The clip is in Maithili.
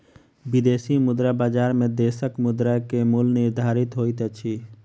विदेशी मुद्रा बजार में देशक मुद्रा के मूल्य निर्धारित होइत अछि